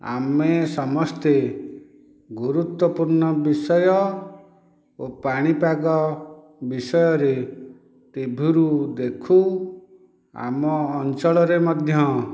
ଆମେ ସମସ୍ତେ ଗୁରୁତ୍ୱପୂର୍ଣ୍ଣ ବିଷୟ ଓ ପାଣିପାଗ ବିଷୟରେ ଟିଭିରୁ ଦେଖୁ ଆମ ଅଞ୍ଚଳରେ ମଧ୍ୟ